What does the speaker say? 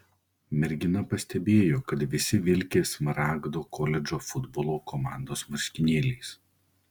mergina pastebėjo kad visi vilki smaragdo koledžo futbolo komandos marškinėliais